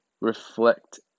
reflect